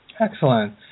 Excellent